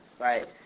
right